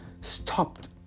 stopped